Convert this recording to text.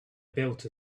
built